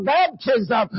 baptism